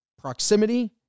Proximity